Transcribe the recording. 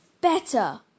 better